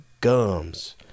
gums